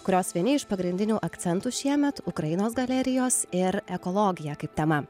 kurios vieni iš pagrindinių akcentų šiemet ukrainos galerijos ir ekologija kaip tema